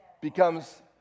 becomes